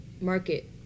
market